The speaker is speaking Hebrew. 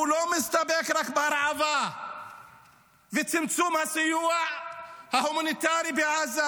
הוא לא מסתפק רק בהרעבה ובצמצום הסיוע ההומניטרי בעזה,